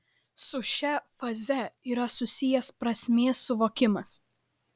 su šia faze yra susijęs prasmės suvokimas